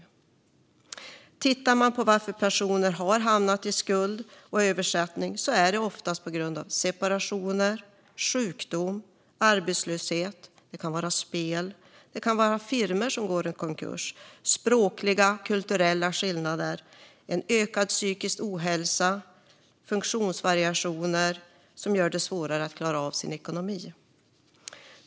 Orsaker till att personer hamnar i skuld och överskuldsättning är ofta separationer, sjukdomar, arbetslöshet, spel, firmor som går i konkurs, språkliga och kulturella skillnader, ökad psykisk ohälsa och funktionsvariationer som gör det svårare att klara ekonomin.